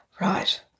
Right